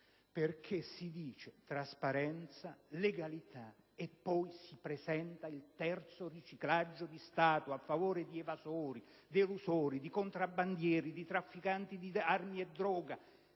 parla di trasparenza e di legalità, ma poi si presenta il terzo riciclaggio di Stato a favore di evasori, di contrabbandieri, di trafficanti di armi e droga,